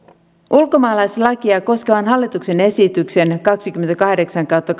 ulkomaalaislakia koskevan hallituksen esityksen kaksikymmentäkahdeksan kautta